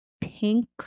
pink